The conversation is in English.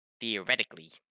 Theoretically